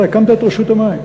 אתה הקמת את רשות המים,